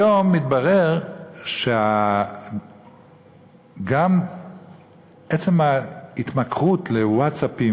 היום מתברר שגם עצם ההתמכרות לווטסאפים